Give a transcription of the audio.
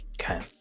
Okay